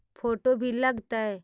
Photo भी लग तै?